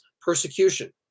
persecution